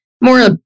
more